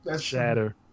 Shatter